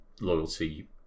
loyalty